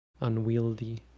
unwieldy